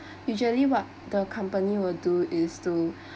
usually what the company will do is to